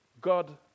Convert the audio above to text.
God